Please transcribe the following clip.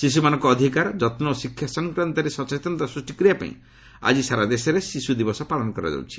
ଶିଶୁମାନଙ୍କ ଅଧିକାର ଯତ୍ନ ଓ ଶିକ୍ଷା ସଂକ୍ରାନ୍ତରେ ସଚେତନତା ସୃଷ୍ଟି କରିବା ପାଇଁ ଆଜି ସାରା ଦେଶରେ ଶିଶୁ ଦିବସ ପାଳନ କରାଯାଉଛି